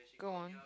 go on